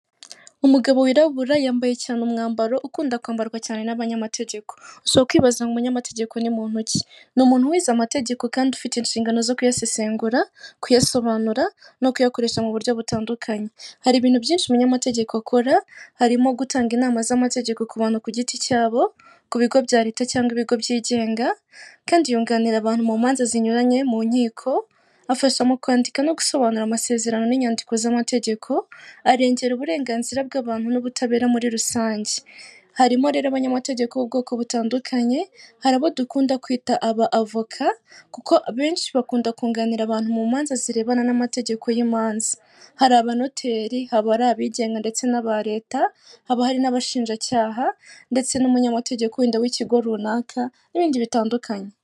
Umugabo wirabura yambaye cyane umwambaro ukunda kwambarwa cyane n'abanyamategeko, so ukibaza ngo umunyamategeko ni muntu ki? Ni umuntu wize amategeko kandi ufite inshingano zo kuyasesengura kuyasobanura no kuyakoresha mu buryo butandukanye, hari ibintu byinshi umunyamategeko akora harimo; gutanga inama z'amategeko ku bantu ku giti cyabo, ku bigo bya Leta cyangwa ibigo byigenga. Kandi yunganira abantu mu manza zinyuranye mu nkiko, afasha mu kwandika no gusobanura amasezerano n'inyandiko z'amategeko, arengera uburenganzira bw'abantu n'ubutabera muri rusange. Harimo rero abanyamategeko b'ubwoko butandukanye hari abo dukunda kwita aba avoka kuko benshi bakunda kunganira abantu mu manza zirebana n'amategeko y'imanza, hari abanoteri haba ari abigenga ndetse n'aba Leta, haba hari n'abashinjacyaha ndetse n'umunyamategeko wenda w'ikigo runaka n'ibindi bitandukanye.